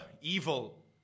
evil